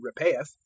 repayeth